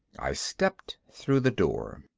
i stepped through the door.